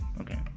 Okay